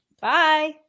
Bye